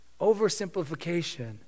oversimplification